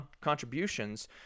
contributions